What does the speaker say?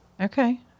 Okay